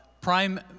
Prime